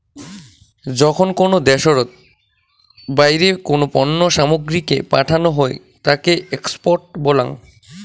যখন কোনো দ্যাশোতর বাইরে কোনো পণ্য সামগ্রীকে পাঠানো হই তাকে এক্সপোর্ট বলাঙ